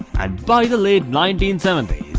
and by the late nineteen seventy